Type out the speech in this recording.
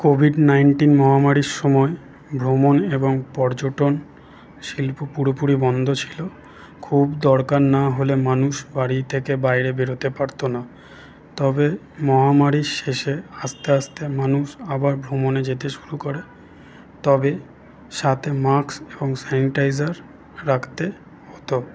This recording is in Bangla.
কোভিড নাইনটিন মহামারির সময় ভ্রমণ এবং পর্যটন শিল্প পুরোপুরি বন্ধ ছিল খুব দরকার না হলে মানুষ বাড়ি থেকে বাইরে বেরোতে পারতো না তবে মহামারির শেষে আস্তে আস্তে মানুষ আবার ভ্রমণে যেতে শুরু করে তবে সাথে মাস্ক এবং স্যানিটাইজার রাখতে হতো